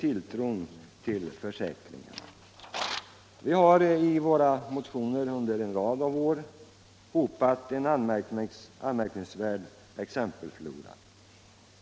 24 mars 1976 Vi har i våra motioner under en rad år hopat en anmärkningsvärd — exempelflora.